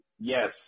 Yes